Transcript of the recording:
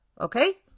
Okay